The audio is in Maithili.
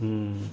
हूँ